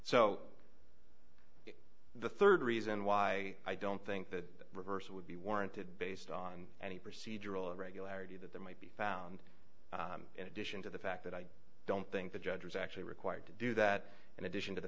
so the rd reason why i don't think the reversal would be warranted based on any procedural irregularity that that might be found in addition to the fact that i don't think the judge was actually required to do that in addition to the